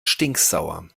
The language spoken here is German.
stinksauer